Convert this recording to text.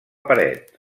paret